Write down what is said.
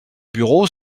bureau